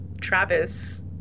Travis